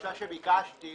בקשה שביקשתי